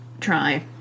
try